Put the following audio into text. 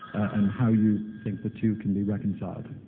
and how you think the two can be reconciled?